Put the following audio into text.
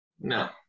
No